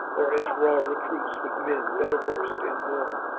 or as raw recruits with men better versed in war.